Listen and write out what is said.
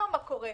לא מה קורה.